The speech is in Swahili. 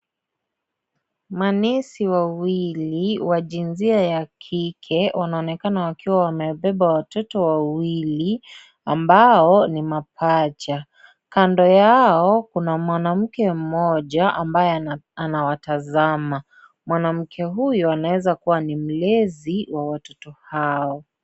Manesi wawili wa jinsia ya kike wanaonekana wakiwa wamebeba watoto wawili ambao ni mapacha. Kando yao kuna mwanamke mmoja ambaye anawatazama, mwanamke huyu anaweza kuwa ni mlezi wa watoto hao.